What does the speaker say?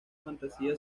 fantasía